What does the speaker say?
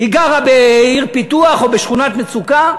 היא גרה בעיר פיתוח או בשכונת מצוקה,